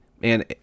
man